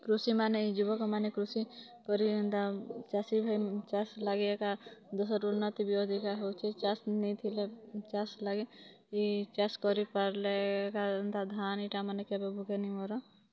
କୃଷି ମାନେ ଏଇ ଯୁବକ୍ ମାନେ କୃଷି କରି ଏନ୍ତା ଚାଷୀ ଭାଇ ଚାଷ୍ ଲାଗି ଏକା ଦୁଷ୍ ରୁ ଉନ୍ନତି ବି ଅଧିକା ହଉଛି ଚାଷ୍ ନେଇ ଥିଲେ ଚାଷ୍ ଲାଗି ଇ ଚାଷ୍ କରି ପାରିଲେ ଏକା ଏନ୍ତା ଧାନ୍ ଏଇଟା ମାନେ କେବେ ଭୂକେ ନି ମୋର୍